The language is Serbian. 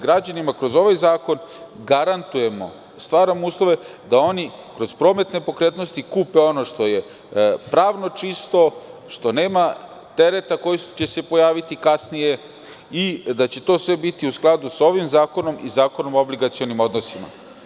Građanima kroz ovaj zakon garantujemo i stvaramo uslove da oni kroz promet nepokretnosti kupe ono što je pravno čisto, što nema teret koji će se pojaviti kasnije i da će to sve biti u skladu sa ovim zakonom i Zakonom o obligacionim odnosima.